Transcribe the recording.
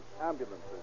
ambulances